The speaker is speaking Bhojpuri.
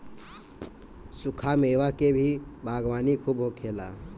सुखा मेवा के भी बागवानी खूब होखेला